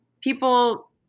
people